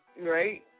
Right